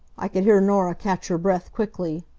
i could hear norah catch her breath quickly.